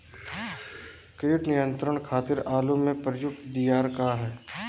कीट नियंत्रण खातिर आलू में प्रयुक्त दियार का ह?